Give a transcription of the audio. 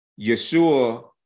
Yeshua